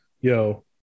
yo